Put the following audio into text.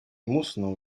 musnął